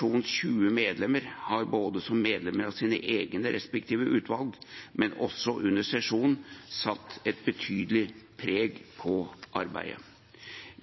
20 medlemmer har både som medlemmer av sine egne respektive utvalg og under sesjonen satt et betydelig preg på arbeidet.